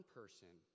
person